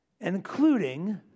including